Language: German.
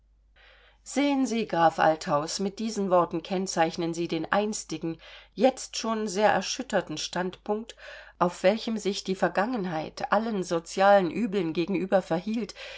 sehen sie graf althaus mit diesen worten kennzeichnen sie den einstigen jetzt schon sehr erschütterten standpunkt auf welchem sich die vergangenheit allen sozialen übeln gegenüber verhielt